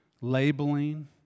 labeling